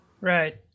Right